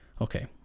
Okay